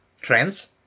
trends